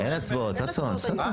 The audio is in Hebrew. אין הצבעות, ששון.